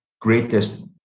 greatest